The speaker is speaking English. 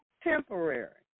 Temporary